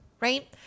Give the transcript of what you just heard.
right